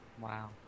Wow